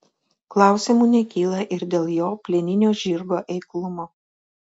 klausimų nekyla ir dėl jo plieninio žirgo eiklumo